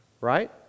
right